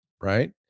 right